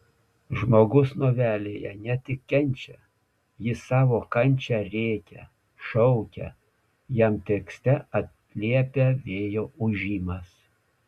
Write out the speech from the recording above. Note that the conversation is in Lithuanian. žmogus novelėje ne tik kenčia jis savo kančią rėkia šaukia jam tekste atliepia vėjo ūžimas